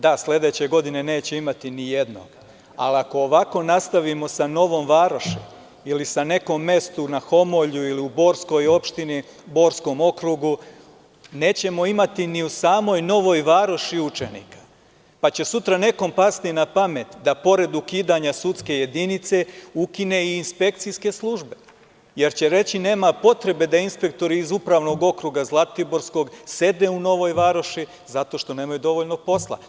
Da, sledeće godine neće imati ni jednog, ali ako ovako nastavimo sa Novom Varoši, ili sa nekim mestom na Homolju ili u Borskoj opštini, Borskom okrugu, nećemo imati ni u samoj Novoj Varoši učenika, pa će sutra nekom pasti na pamet da pored ukidanja sudske jedinice, ukine i inspekcijske službe, jer će reći – nema potrebe da inspektori iz Upravnog okruga zlatiborskog sede u Novoj Varoši zato što nemaju dovoljno posla.